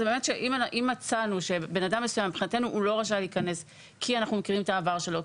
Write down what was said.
אם מצאנו שבן אדם מסוים לא רשאי להיכנס כי אנחנו מכירים את העבר שלו,